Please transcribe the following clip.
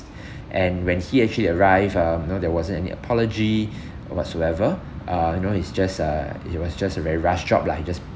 and when he actually arrive um you know there wasn't any apology or whatsoever uh you know it's just uh it was just a very rush job lah he just